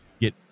get